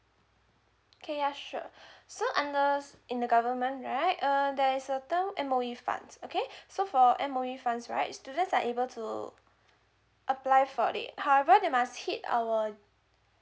okay ya sure so under in the government right uh there is a term M_O_E funds okay so for M_O_E funds right students are able to apply for it however they must hit our